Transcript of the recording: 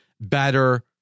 better